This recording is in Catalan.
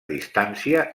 distància